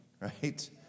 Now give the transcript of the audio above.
right